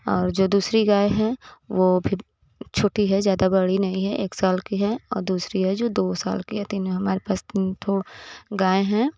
और जो दूसरी गाय है वो भी छोटी है ज्यादा बड़ी नहीं है एक साल की है और दूसरी है जो दो साल की है तीनों हमारे पास तीन ठो गाय हैं